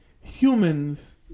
humans